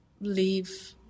leave